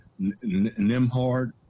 Nimhard